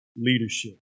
leadership